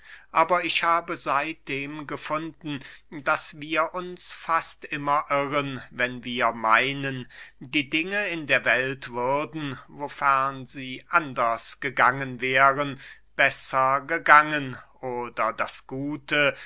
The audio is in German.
aber ich habe seitdem gefunden daß wir uns fast immer irren wenn wir meinen die dinge in der welt würden wofern sie anders gegangen wären besser gegangen oder das gute